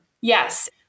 Yes